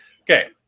okay